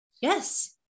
Yes